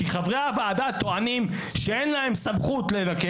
כי חברי הוועדה טוענים שאין להם סמכות ---,